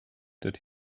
that